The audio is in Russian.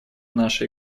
наши